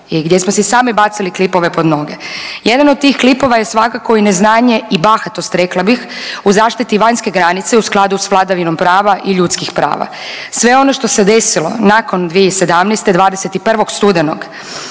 i gdje smo si sami bacili klipove pod noge. Jedan od tih klipova je svakako i neznanje i bahatost rekla bih u zaštititi vanjske granice u skladu s vladavinom prava i ljudskih prava. Sve ono što se desilo nakon 2017., 21. studenog,